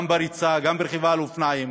גם בריצה, גם ברכיבה על אופניים.